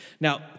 Now